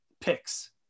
picks